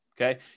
okay